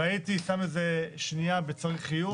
והייתי שם את זה שנייה ב-"צריך עיון".